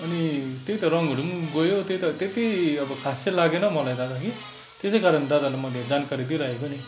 अनि त्यही त रङहरू पनि गयो त्यही त त्यति अब खास चाहिँ लागेन हौ मलाई दादा कि त्यसै कारण दादालाई मैले जानकारी दिई राखेको नि